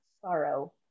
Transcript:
sorrow